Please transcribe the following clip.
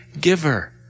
giver